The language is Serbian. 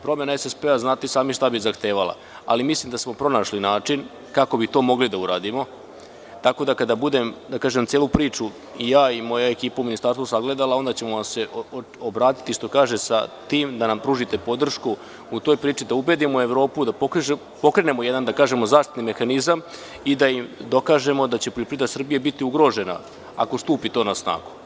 Promena SSP-a znate i sami šta bi zahtevala, ali mislim da smo pronašli način kako bi to mogli da uradimo, tako da kada budem celu ovu priču, ja i cela moja ekipa u Ministarstvu, sagledao, onda ćemo vam se obratiti sa tim da nam pružite podršku u toj priči, da ubedimo Evropu, da pokrenemo jedan zaštitni mehanizam i da im dokažemo da će poljoprivreda Srbije biti ugrožena, ako stupi to na snagu.